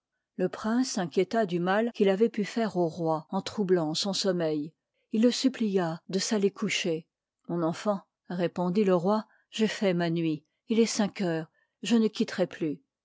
le prince s'inquiéta du mal qu'il avoit pu faire au roi en troublant son sommeil il le supplia de s'al îer coucher mon enfant répondit le roi j'ai fait ma nuit il est cinq heures je n quitterai plus